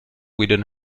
within